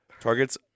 targets